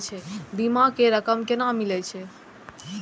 बीमा के रकम केना मिले छै?